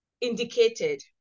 indicated